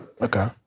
Okay